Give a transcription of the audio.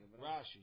Rashi